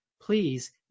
please